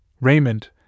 Raymond